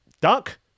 Duck